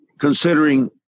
considering